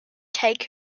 take